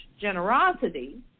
generosity